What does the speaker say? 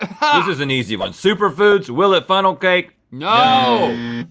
a-ha! this is an easy one. superfoods, will it funnel cake? no.